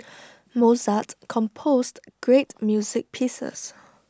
Mozart composed great music pieces